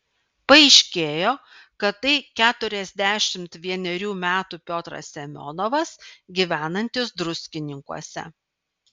paaiškėjo kad tai keturiasdešimt vienerių metų piotras semionovas gyvenantis druskininkuose